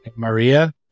Maria